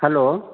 hello